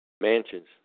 Mansions